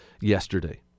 yesterday